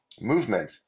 movement